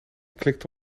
klikte